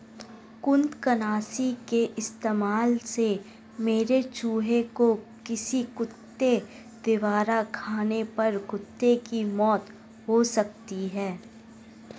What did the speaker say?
कृतंकनाशी के इस्तेमाल से मरे चूहें को किसी कुत्ते द्वारा खाने पर कुत्ते की मौत हो सकती है